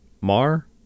Mar